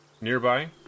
nearby